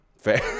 Fair